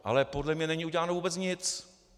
Ale podle mne není uděláno vůbec nic.